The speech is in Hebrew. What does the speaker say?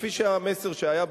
כפי שהמסר שהיה בעבר,